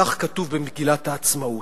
כך כתוב במגילת העצמאות.